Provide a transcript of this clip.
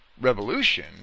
Revolution